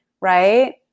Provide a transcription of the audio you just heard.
right